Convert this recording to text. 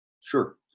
Sure